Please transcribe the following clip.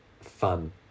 Fun